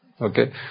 Okay